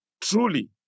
Truly